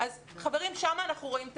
כולנו --- בזה אנחנו מסכימים.